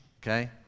okay